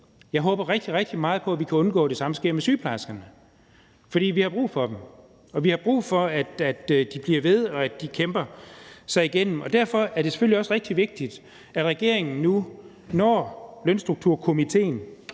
Jeg håber rigtig, rigtig meget på, at vi kan undgå, at det samme sker med sygeplejerskerne, for vi har brug for dem, og vi har brug for, at de bliver ved, og at de kæmper sig igennem. Derfor er det selvfølgelig også rigtig vigtigt, at regeringen nu, når Lønstrukturkomitéen,